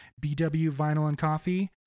bwvinylandcoffee